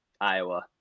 Iowa